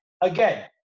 again